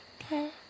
Okay